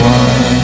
one